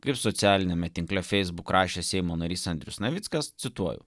ir socialiniame tinkle facebook rašė seimo narys andrius navickas cituoju